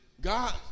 God